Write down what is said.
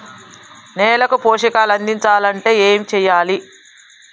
నేలకు పోషకాలు అందించాలి అంటే ఏం చెయ్యాలి?